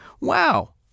Wow